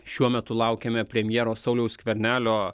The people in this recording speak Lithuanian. šiuo metu laukiame premjero sauliaus skvernelio